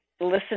listen